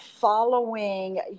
following